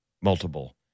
Multiple